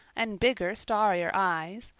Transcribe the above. and bigger, starrier eyes,